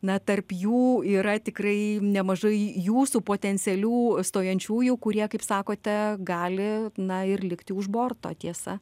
na tarp jų yra tikrai nemažai jūsų potencialių stojančiųjų kurie kaip sakote gali na ir likti už borto tiesa